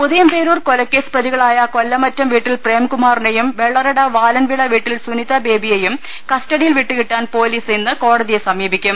ഉദയംപേരൂർ കൊലക്കേസ് പ്രതികളായ കൊല്ലമറ്റം വീട്ടിൽ പ്രേംകുമാറിനെയും വെള്ളറട വാലൻവിള വീട്ടിൽ സുനിത ബേബിയെയും കസ്റ്റഡിയിൽ വിട്ടുകിട്ടാൻ പൊലീസ് ഇന്ന് കോട തിയെ സമീപിക്കും